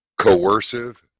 coercive